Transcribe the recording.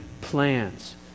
plans